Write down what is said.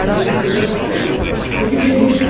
really hope that works out we begin